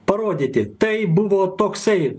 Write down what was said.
parodyti tai buvo toksai